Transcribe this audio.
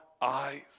eyes